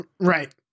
right